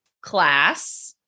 class